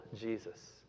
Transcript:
Jesus